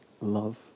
love